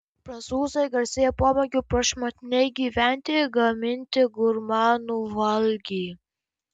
prancūzai garsėja pomėgiu prašmatniai gyventi gaminti gurmanų valgį